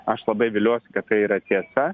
aš labai viliuosi kad tai yra tiesa